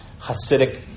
Hasidic